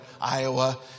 Iowa